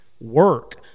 work